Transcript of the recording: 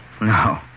No